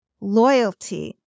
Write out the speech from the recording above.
loyalty